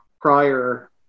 prior